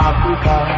Africa